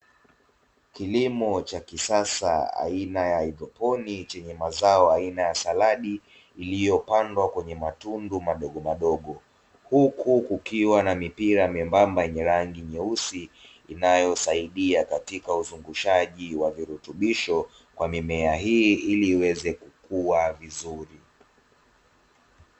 Kilimo cha kisasa aina ya haidroponi chenye mazao aina ya saladi iliyopandwa kwenye matuundu madogomadogo, huku kukiwa na mipira myembamba yenye rangi nyeusi inayosaidia katika uzungushaji wa virutubisho kwa mimea hii ili iweze kukua vizuri.